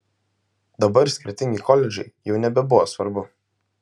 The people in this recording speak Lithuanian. dabar skirtingi koledžai jau nebebuvo svarbu